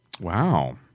Wow